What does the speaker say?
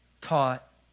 taught